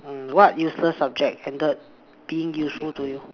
mm what useless subject ended up being useful to you